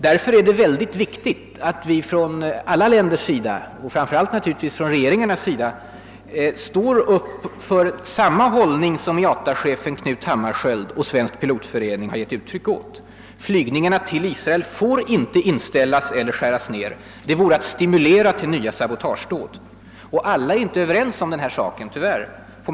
Därför är det mycket viktigt att alla länder, och framför allt deras regeringar, intar samma hållning som den Knut Hammarskjöld och Svensk pilotförening har gett uttryck åt: att flygningarna till Israel inte får inställas eller skäras ned. Det vore att stimulera till nya sabotagedåd. Tyvärr är inte alla överens om denna hållning.